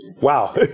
Wow